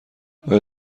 آیا